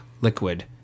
liquid